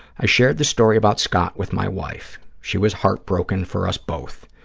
i shared the story about scott with my wife. she was heartbroken for us both.